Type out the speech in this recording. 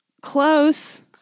Close